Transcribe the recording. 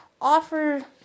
offer